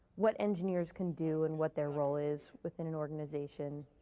what engineers can do and what their role is within an organization,